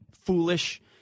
Foolish